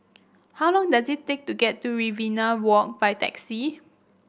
how long does it take to get to Riverina Walk by taxi